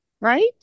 right